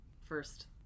first